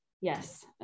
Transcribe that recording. Yes